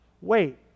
Wait